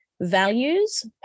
values